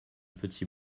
petit